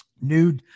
new